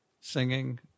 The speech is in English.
singing